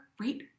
right